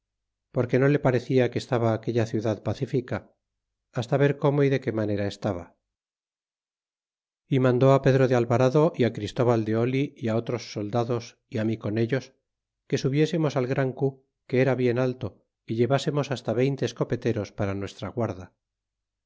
porque no le parecia que estaba aquella ciudad pacífica hasta ver cómo y de qué manera estaba y mandó al pedro de alvarado y á christobal de oli é otros soldados y á mi con ellos que subiésemos al gran cu que era bien alto y llevásemos hasta veinte escopeteros para nuestra guarda